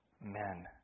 men